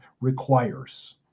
requires